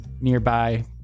nearby